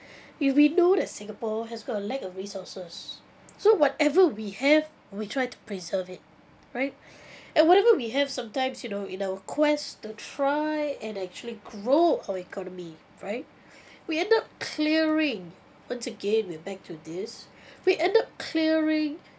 if we know that singapore has got a lack of resources so whatever we have we tried to preserve it right and whatever we have sometimes you know in our quest to try and actually grow our economy right we end up clearing once again we are back to this we end up clearing